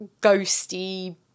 ghosty